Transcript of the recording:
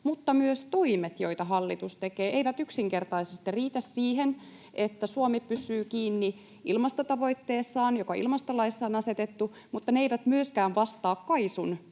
mutta myös toimet, joita hallitus tekee, eivät yksinkertaisesti riitä siihen, että Suomi pysyy kiinni ilmastotavoitteessaan, joka ilmastolaissa on asetettu, mutta ne eivät myöskään vastaa KAISUn